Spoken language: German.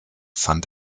fand